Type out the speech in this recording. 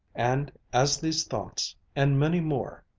and, as these thoughts, and many more,